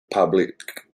public